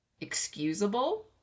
excusable